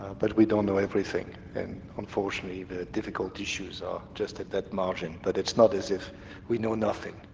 but we don't know everything, and unfortunately the difficult issues are just at that margin, but it's not as if we know nothing.